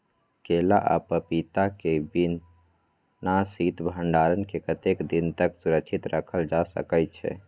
केला आ पपीता के बिना शीत भंडारण के कतेक दिन तक सुरक्षित रखल जा सकै छै?